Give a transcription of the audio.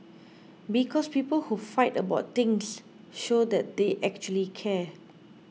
because people who fight about things show that they actually care